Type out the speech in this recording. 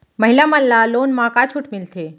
महिला मन ला लोन मा का छूट मिलथे?